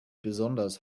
besonders